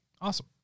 Awesome